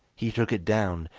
he took it down,